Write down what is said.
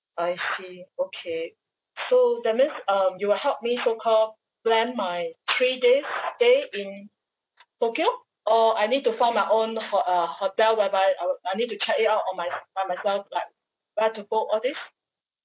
I see okay so that means um you will help me so call plan my three days stay in tokyo or I need to find my own ho~ uh hotel whereby I wou~ I need to check it out on my f~ by myself like where to go all these